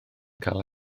cael